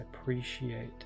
Appreciate